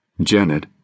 Janet